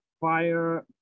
fire